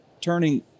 turning